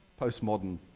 postmodern